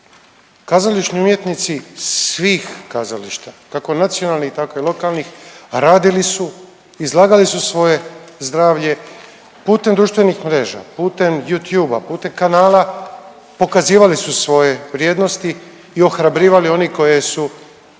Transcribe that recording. kazališni umjetnici svih kazališta kako nacionalnih tako i lokalnih radili su, izlagali su svoje zdravlje, putem društvenih mreža, putem Youtube-a, putem kanala, pokazivali su svoje vrijednosti i ohrabrivali one koje su